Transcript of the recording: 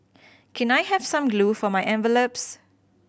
can I have some glue for my envelopes